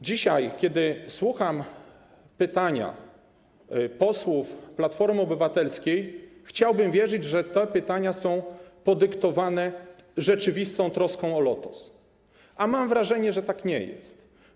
Dzisiaj, kiedy słucham pytań posłów Platformy Obywatelskiej, chciałbym wierzyć, że te pytania są podyktowane rzeczywistą troską o Lotos, a mam wrażenie, że tak nie jest.